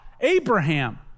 Abraham